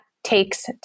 Takes